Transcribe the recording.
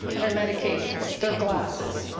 their medications, their glasses,